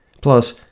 Plus